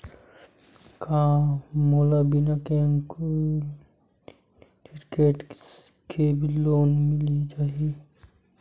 का मोला बिना कौंटलीकेट के लोन मिल जाही?